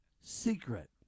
secret